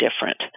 different